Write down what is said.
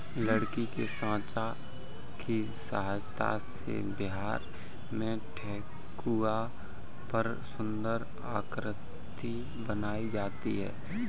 लकड़ी के साँचा की सहायता से बिहार में ठेकुआ पर सुन्दर आकृति बनाई जाती है